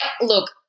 look